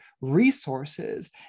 resources